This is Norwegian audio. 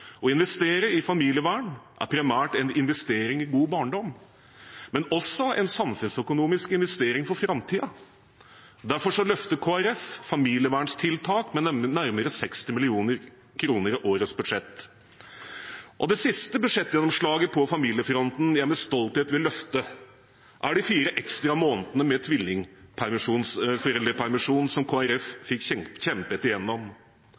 Å investere i familievern er primært en investering i god barndom, men også en samfunnsøkonomisk investering for framtiden. Derfor løfter Kristelig Folkeparti familievernstiltak med nærmere 60 mill. kr i neste års budsjett. Det siste budsjettgjennomslaget på familiefronten jeg med stolthet vil løfte fram, er de fire ekstra månedene med tvillingforeldrepermisjon som Kristelig Folkeparti fikk kjempet